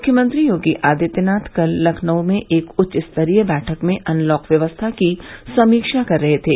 मुख्यमंत्री योगी आदित्यनाथ कल लखनऊ में एक उच्चस्तरीय बैठक में अनलॉक व्यवस्था की समीक्षा कर रहे थे